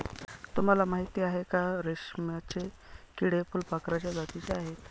तुम्हाला माहिती आहे का? रेशमाचे किडे फुलपाखराच्या जातीचे आहेत